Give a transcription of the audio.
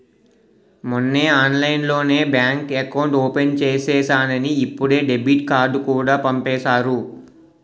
మొన్నే ఆన్లైన్లోనే bank account open చేసేసానని ఇప్పుడే డెబిట్ కార్డుకూడా పంపేసారు